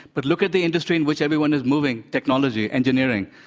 but look at the industry in which everyone is moving, technology, engineering.